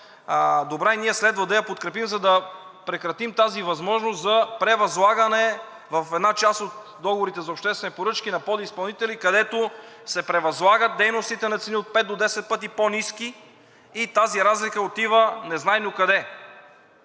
добра и ние следва да я подкрепим, за да прекратим възможността за превъзлагане в една част от договорите за обществени поръчки на подизпълнители, където се превъзлагат дейностите на цени, от пет до десет пъти по ниски, и тази разлика отива незнайно къде.